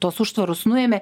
tuos užtvarus nuėmė